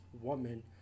woman